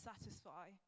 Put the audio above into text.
satisfy